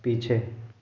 पीछे